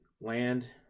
land